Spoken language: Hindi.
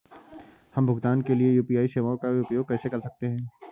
हम भुगतान के लिए यू.पी.आई सेवाओं का उपयोग कैसे कर सकते हैं?